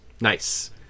Nice